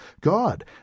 God